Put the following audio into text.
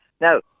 Now